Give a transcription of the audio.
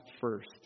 first